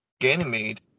Ganymede